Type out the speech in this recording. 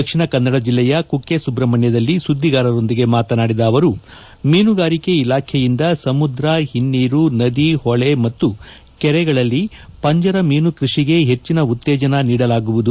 ದಕ್ಷಿಣ ಕನ್ನಡ ಜಿಲ್ಲೆಯ ಕುಕ್ಕೆಸುಬ್ರಹ್ಮಣ್ಯದಲ್ಲಿ ಸುದ್ದಿಗಾರರೊಂದಿಗೆ ಮಾತನಾಡಿದ ಅವರು ಮೀನುಗಾರಿಕೆ ಇಲಾಖೆಯಿಂದ ಸಮುದ್ರ ಹಿನ್ನೀರು ನದಿ ಹೊಳೆ ಮತ್ತು ಕೆರೆಗಳಲ್ಲಿ ಪಂಜರ ಮೀನು ಕೃಷಿಗೆ ಹೆಚ್ಚಿನ ಉತ್ತೇಜನ ನೀಡಲಾಗುವುದು